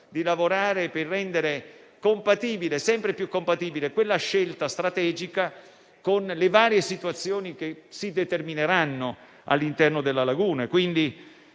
di lavorare per rendere sempre più compatibile quella scelta strategica con le varie situazioni che si determineranno all'interno della laguna.